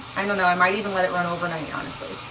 i don't know i might even let it run overnight yeah honestly.